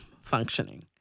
functioning